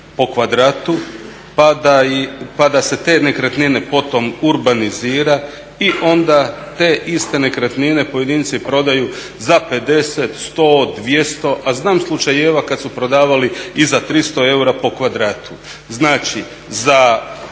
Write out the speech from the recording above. pa da se te nekretnine potom urbanizira i onda te iste nekretnine pojedinci prodaju za 50, 100, 200, a znam slučajeva kad su prodavali i za 300 eura po kvadratu. Znači za